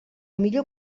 millor